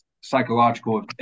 psychological